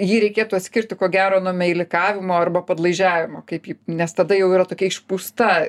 jį reikėtų atskirti ko gero nuo meilikavimo arba padlaižiavimo kaip nes tada jau yra tokia išpūsta